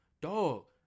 Dog